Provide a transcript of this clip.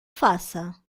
faça